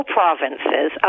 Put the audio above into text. provinces